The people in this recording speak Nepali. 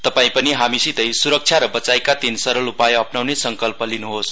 तपाई पनि हामीसितै स्रक्षा र वचाइका तीन सरल उपाय अप्नाउने संकल्प गर्न्होस